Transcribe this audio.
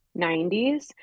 90s